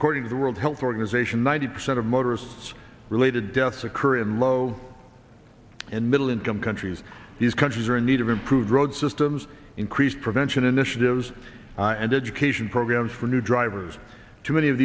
according to the world health organization ninety percent of motorists related deaths occur in low and middle income countries these countries are in need of improved road systems increased prevention initiatives and education programmes for new drivers too many of